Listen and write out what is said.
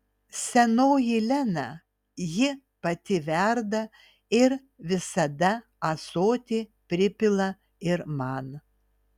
senoji lena jį pati verda ir visada ąsotį pripila ir man